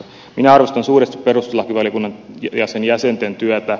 minä arvostan suuresti perustuslakivaliokunnan ja sen jäsenten työtä